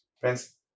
Friends